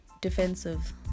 defensive